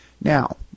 Now